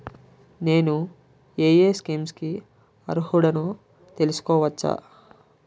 నేను యే యే స్కీమ్స్ కి అర్హుడినో తెలుసుకోవచ్చా?